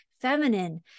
feminine